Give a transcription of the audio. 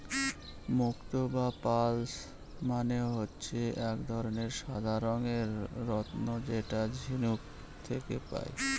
মুক্ত বা পার্লস মানে হচ্ছে এক ধরনের সাদা রঙের রত্ন যেটা ঝিনুক থেকে পায়